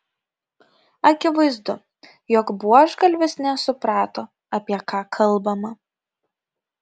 akivaizdu jog buožgalvis nesuprato apie ką kalbama